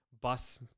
bus